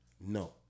no